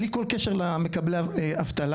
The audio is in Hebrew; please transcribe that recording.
בלי כל קשר למקבלי אבטלה,